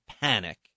panic